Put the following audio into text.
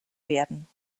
werden